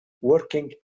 working